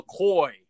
McCoy